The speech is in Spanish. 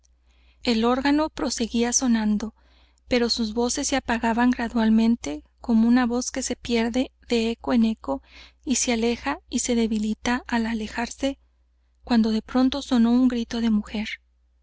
el órgano proseguía sonando pero sus voces se apagaban gradualmente como una voz que se pierde de eco en eco y se aleja y se debilita al alejarse cuando de pronto sonó un grito en